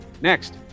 Next